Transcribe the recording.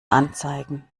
anzeigen